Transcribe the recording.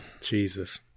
Jesus